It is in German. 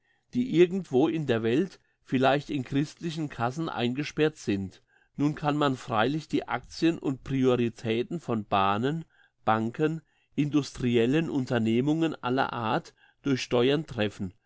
die irgendwo in der welt vielleicht in christlichen cassen eingesperrt sind nun kann man freilich die actien und prioritäten von bahnen banken industriellen unternehmungen aller art durch steuern treffen